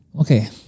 Okay